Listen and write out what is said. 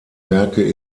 werke